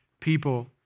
people